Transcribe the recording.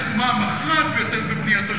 הוד מעלתו, אדוני הגדול,